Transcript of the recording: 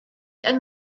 yng